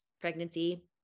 pregnancy